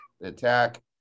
Attack